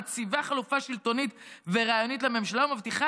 מציבה חלופה שלטונית ורעיונית לממשלה ומבטיחה